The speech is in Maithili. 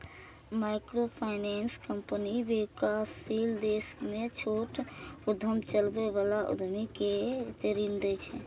माइक्रोफाइनेंस कंपनी विकासशील देश मे छोट उद्यम चलबै बला उद्यमी कें ऋण दै छै